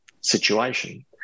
situation